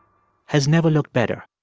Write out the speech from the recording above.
has never looked better.